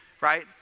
right